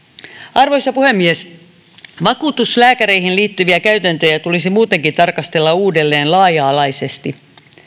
arvoisa puhemies vakuutuslääkäreihin liittyviä käytäntöjä tulisi muutenkin tarkastella uudelleen laaja alaisesti